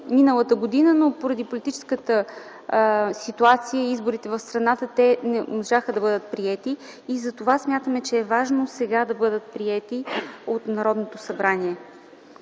миналата година, но поради политическата ситуация и изборите в страната те не можаха да бъдат приети. Затова смятаме, че е важно сега да бъдат приети от Народното събрание.